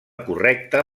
correcta